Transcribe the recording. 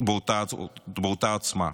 באותה עוצמה.